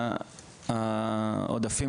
העודפים,